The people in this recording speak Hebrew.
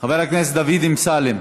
חבר הכנסת דוד אמסלם.